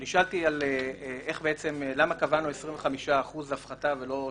אני מיד שאלתי את היועץ המשפטי אם יש לו הערה.